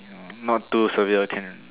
ya not too severe can